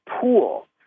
pool